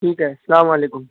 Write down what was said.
ٹھیک ہے السلام علیکم